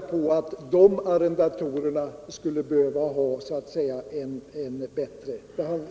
på att dessa arrendatorer skulle behöva en bättre behandling.